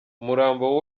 umurambo